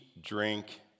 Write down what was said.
drink